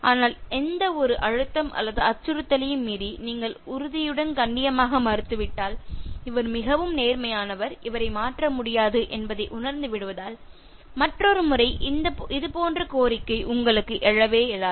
ஆனால் எந்த ஒரு அழுத்தம் அல்லது அச்சுறுத்தலையும் மீறி நீங்கள் உறுதியுடன் கண்ணியமாக மறுத்துவிட்டால் இவர் மிகவும் நேர்மையானவர் இவரை மாற்ற முடியாது என்பதை உணர்ந்து விடுவதால் மற்றொரு முறை இதுபோன்ற கோரிக்கை உங்களுக்கு எழாது